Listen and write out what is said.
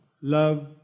love